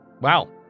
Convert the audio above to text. wow